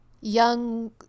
young